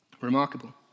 Remarkable